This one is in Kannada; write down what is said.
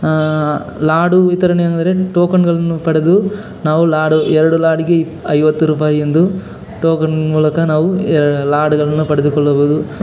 ಲಾಡು ವಿತರಣೆ ಅಂದರೆ ಟೋಕನ್ನುಗಳನ್ನು ಪಡೆದು ನಾವು ಲಾಡು ಎರಡು ಲಾಡಿಗೆ ಐವತ್ತು ರೂಪಾಯಿ ಎಂದು ಟೋಕನ್ ಮೂಲಕ ನಾವು ಲಾಡುಗಳನ್ನು ಪಡೆದುಕೊಳ್ಳಬೋದು